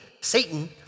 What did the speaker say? Satan